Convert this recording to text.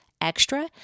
extra